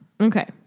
Okay